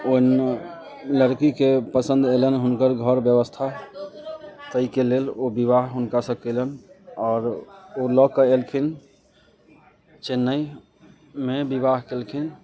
ओ लड़कीके पसन्द अएलनि हुनकर घर बेबस्था ताहिके लेल ओ बिआह हुनकासँ कएलनि आओर ओहि लऽ कऽ अएलखिन चेन्नइमे बिआह केलखिन